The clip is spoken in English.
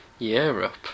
Europe